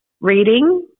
reading